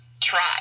try